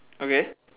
okay